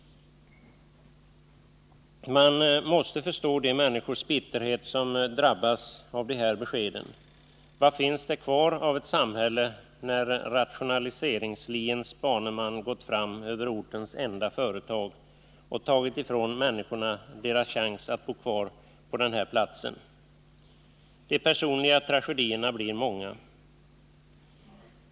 Man måste förstå bitterheten hos de människor som drabbas av de här beskeden. Vad finns det kvar av ett samhälle när rationaliseringsliens baneman gått fram över ortens enda företag och tagit ifrån människorna deras chans att bo kvar på den här platsen? De personliga tragedierna blir många.